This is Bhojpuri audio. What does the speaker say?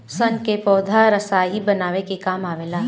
सन के पौधा स्याही बनावे के काम आवेला